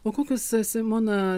o kokius simona